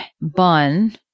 bun